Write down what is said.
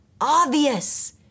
obvious